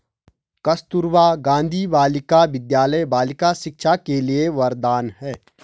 कस्तूरबा गांधी बालिका विद्यालय बालिका शिक्षा के लिए वरदान है